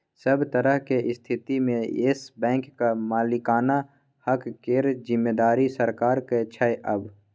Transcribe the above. सभ तरहक स्थितिमे येस बैंकक मालिकाना हक केर जिम्मेदारी सरकारक छै आब